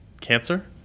cancer